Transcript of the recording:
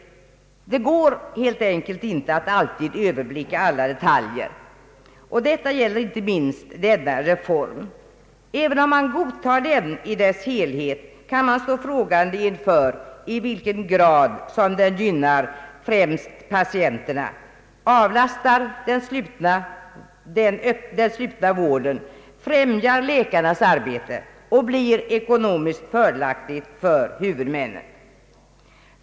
Det går helt enkelt inte alltid att överblicka samtliga detaljer. Detta gäller inte minst denna reform. Även om man godtar den i dess helhet kan man stå frågande inför i vilken grad den gynnar patienterna, avlastar den slutna vården, främjar läkarnas arbete och blir ekonomiskt fördelaktigt för huvudmännen.